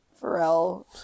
Pharrell